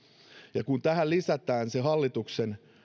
ja kun tähän lisätään se hallituksen